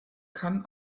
kann